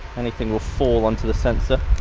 anything will fall onto the sensor.